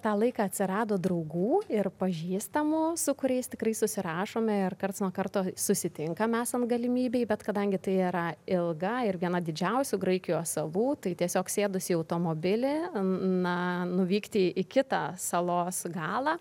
tą laiką atsirado draugų ir pažįstamų su kuriais tikrai susirašome ir karts nuo karto susitinkam esant galimybei bet kadangi tai yra ilga ir viena didžiausių graikijos salų tai tiesiog sėdus į automobilį na nuvykti į kitą salos galą